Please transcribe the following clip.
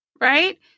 right